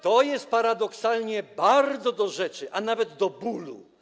To jest paradoksalnie bardzo do rzeczy, a nawet do bólu.